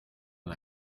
and